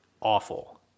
awful